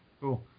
cool